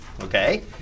okay